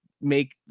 make